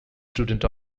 student